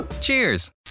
Cheers